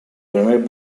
primer